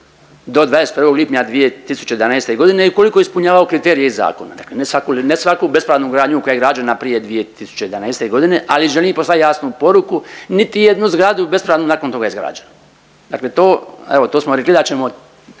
do 21. lipnja 2011. i ukoliko ispunjavaju kriterije iz zakona, dakle ne svaku bespravnu gradnju koja je građena prije 2011. godine ali želim poslati jasnu poruku niti jednu zgradu bespravnu nakon toga izgrađenu. Dakle to, evo to smo rekli da ćemo